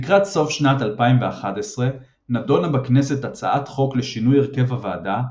לקראת סוף שנת 2011 נדונה בכנסת הצעת חוק לשינוי הרכב הוועדה,